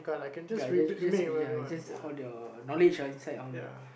ya just just ya it's just all the knowledge uh inside all the